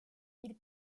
ville